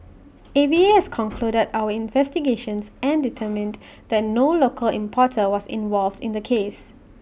A V A has concluded our investigations and determined that no local importer was involved in the case